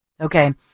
Okay